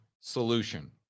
solution